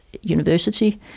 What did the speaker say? university